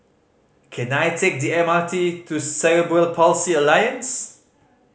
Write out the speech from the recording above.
can I take the M R T to Cerebral Palsy Alliance